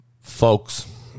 folks